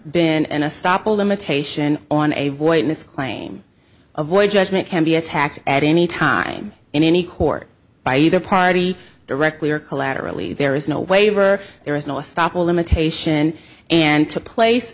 been an a stop a limitation on a voidness claim a void judgment can be attacked at any time in any court by either party directly or collaterally there is no waiver there is no stopping limitation and took place